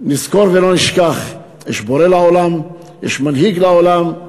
נזכור ולא נשכח: יש בורא לעולם, יש מנהיג לעולם.